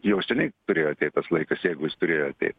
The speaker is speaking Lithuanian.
jau seniai turėjo ateit tas laikas jeigu jis turėjo ateit